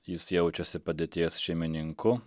jis jaučiasi padėties šeimininku